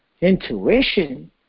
Intuition